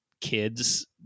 kids